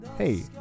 Hey